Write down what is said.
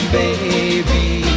baby